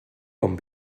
com